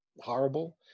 horrible